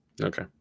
Okay